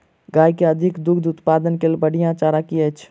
गाय केँ अधिक दुग्ध उत्पादन केँ लेल बढ़िया चारा की अछि?